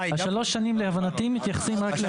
שלושת השנים להבנתי, מתייחסים רק להסמכה ראשונה.